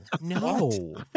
no